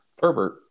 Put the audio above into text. pervert